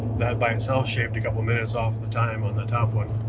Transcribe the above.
that by itself shaved a couple of minutes off the time on the top one.